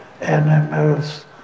animals